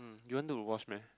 you want to watch meh